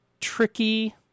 tricky